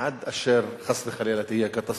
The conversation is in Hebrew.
עד אשר חס וחלילה תהיה קטסטרופה,